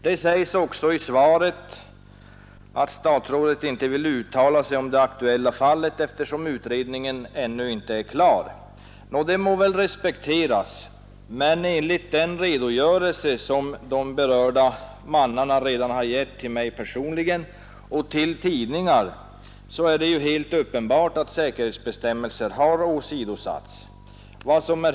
Försvarsministern säger i svaret också att han inte vill uttala sig om det aktuella fallet, eftersom utredningen ännu inte är klar. Det må väl respekteras, men enligt den redogörelse som de berörda mannarna redan har gett till mig personligen och till tidningar är det uppenbart att säkerhetsbestämmelserna har åsidosatts.